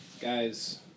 Guys